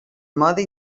mode